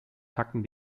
tacken